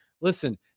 listen